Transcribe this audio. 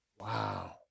Wow